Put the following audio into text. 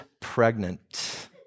Pregnant